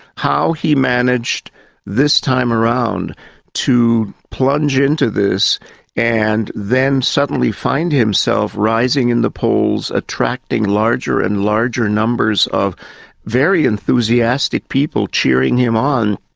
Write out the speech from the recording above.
how he managed this time around to plunge into this and then suddenly find himself rising in the polls, attracting larger and larger numbers of very enthusiastic people cheering him on,